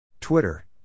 Twitter